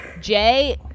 Jay